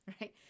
right